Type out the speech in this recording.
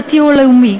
דתי או לאומי.